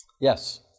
Yes